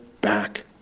back